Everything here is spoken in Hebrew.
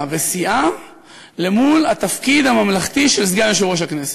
וסיעה אל מול התפקיד הממלכתי של סגן יושב-ראש הכנסת.